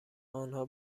آنها